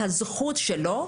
את הזכות שלו,